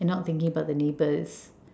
and not thinking about the neighbours